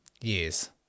years